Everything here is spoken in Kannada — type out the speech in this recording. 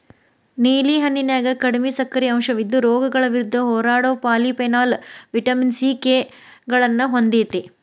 ನೇಲಿ ಹಣ್ಣಿನ್ಯಾಗ ಕಡಿಮಿ ಸಕ್ಕರಿ ಅಂಶವಿದ್ದು, ರೋಗಗಳ ವಿರುದ್ಧ ಹೋರಾಡೋ ಪಾಲಿಫೆನಾಲ್, ವಿಟಮಿನ್ ಸಿ, ಕೆ ಗಳನ್ನ ಹೊಂದೇತಿ